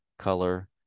color